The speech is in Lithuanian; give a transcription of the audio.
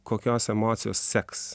kokios emocijos seks